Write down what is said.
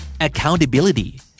Accountability